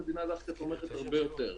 המדינה דווקא תומכת הרבה יותר.